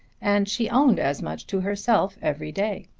and she owned as much to herself every day.